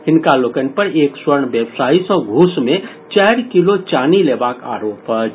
हिनका लोकनि पर एक स्वर्ण व्यवसायी सॅ घूस मे चारि किलो चानी लेबाक आरोप अछि